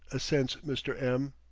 assents mr. m.